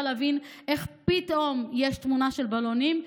להבין איך פתאום יש תמונה של בלונים,